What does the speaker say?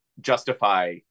justify